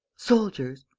soldiers.